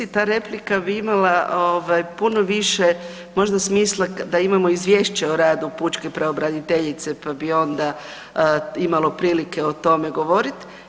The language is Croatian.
Ta replika bi imala ovaj puno više možda smisla da imamo izvješće o radu pučke pravobraniteljice, pa bi onda imalo prilike o tome govorit.